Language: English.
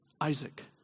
Isaac